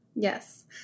Yes